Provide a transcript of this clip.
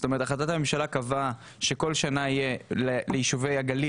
ההחלטה קבעה שכל שנה יהיה ליישובי הגליל,